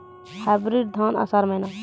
Hybrid धान आषाढ़ महीना?